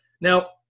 Now